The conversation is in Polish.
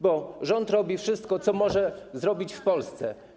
Bo rząd robi wszystko, co może zrobić w Polsce.